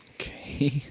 okay